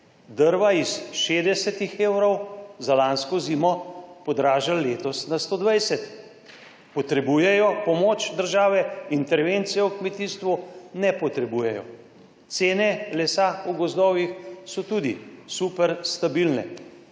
drva iz 60 evrov za lansko zimo podražili letos na 120. Potrebujejo pomoč države. Intervencije v kmetijstvu ne potrebujejo. Cene lesa v gozdovih so tudi super stabilne